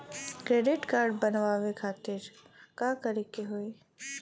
Credit card बनवावे खातिर का करे के होई?